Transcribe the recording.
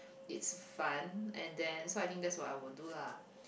it's fun and then so I think that's what I will do lah